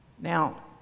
Now